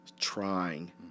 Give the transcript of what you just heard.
trying